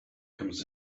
comes